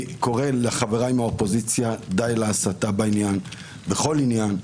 אני קורא לחבריי מהאופוזיציה, די להסתה בכל עניין.